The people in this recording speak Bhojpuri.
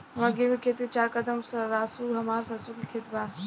हमार गेहू के खेत से चार कदम रासु हमार सरसों के खेत बा